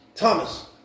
Thomas